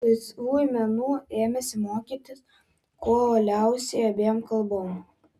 laisvųjų menų ėmėsi mokytis kuo uoliausiai abiem kalbom